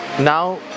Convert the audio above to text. now